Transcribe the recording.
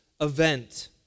event